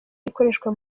ikoreshwa